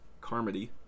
Carmody